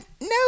no